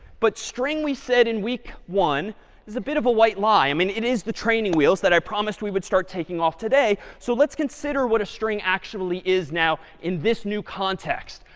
but string we said in week one is a bit of a white lie. i mean, it is the training wheels that i promised we would start taking off today. so let's consider what a string actually is now in this new context.